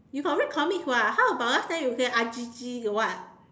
you got read comics [what] how about last time you say Ajiji the what